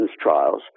trials